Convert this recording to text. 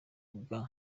bwa